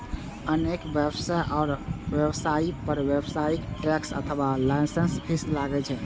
अनेक व्यवसाय आ व्यवसायी पर व्यावसायिक टैक्स अथवा लाइसेंस फीस लागै छै